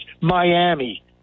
Miami